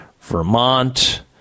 Vermont